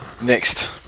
next